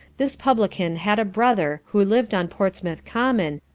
this publican had a brother who lived on portsmouth-common,